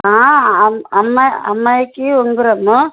అమ్మా అమ్మాయి అమ్మాయికి ఉంగుము